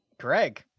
Greg